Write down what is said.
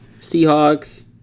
Seahawks